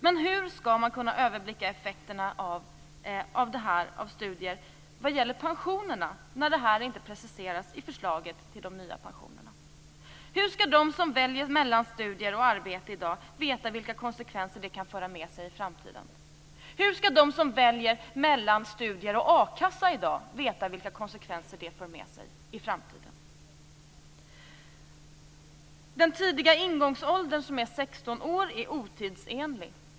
Men hur skall man kunna överblicka effekterna av studier vad gäller pensionerna när det inte preciseras i förslaget till de nya pensionerna? Hur skall de som väljer mellan studier och arbete i dag veta vilka konsekvenser det kan föra med sig i framtiden? Hur skall de som väljer mellan studier och a-kassa i dag veta vilka konsekvenser det för med sig i framtiden? Den tidiga ingångsåldern, som är 16 år, är otidsenlig.